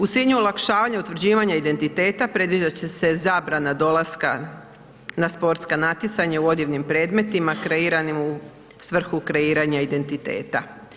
U cilju olakšavanja utvrđivanja identiteta, predviđat će se zabrana dolaska na sportska natjecanja u odjevnim predmetima kreiranim u svrhu kreiranja identiteta.